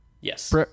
Yes